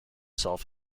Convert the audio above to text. self